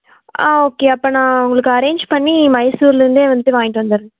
ஆ okay அப்போ நான் உங்களுக்கு அரேஞ் பண்ணி மைசூர்லிருந்தே வந்துட்டு வாங்கிட்டு வந்துடறேன்